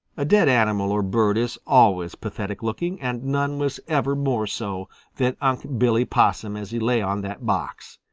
a dead animal or bird is always pathetic looking, and none was ever more so than unc' billy possum as he lay on that box.